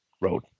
road